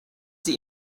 sie